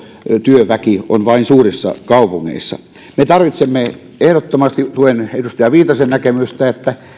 työväki on vain suurissa kaupungeissa me tarvitsemme ehdottomasti tuen edustaja viitasen näkemystä